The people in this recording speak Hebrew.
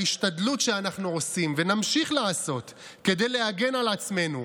ההשתדלות שאנחנו עושים ונמשיך לעשות כדי להגן על עצמנו,